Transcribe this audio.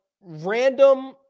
random